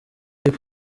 hip